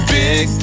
big